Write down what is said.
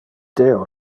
deo